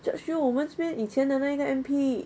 george yeo 我们这边以前的那个 M_P